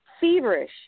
feverish